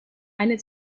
eine